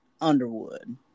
Underwood